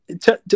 Tell